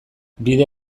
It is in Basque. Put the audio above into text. bide